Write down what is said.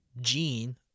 gene